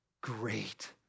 great